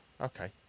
okay